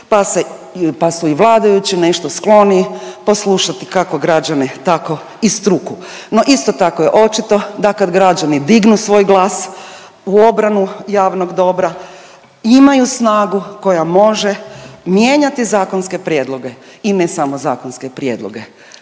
pa su i vladajući nešto skloniji poslušati kako građane, tako i struku. No isto tako je očito da kad građani dignu svoj glas u obranu javnog dobra, imaju snagu koja može mijenjati zakonske prijedloge i ne samo zakonske prijedloge.